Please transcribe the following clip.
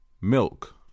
milk